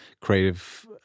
creative